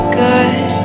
good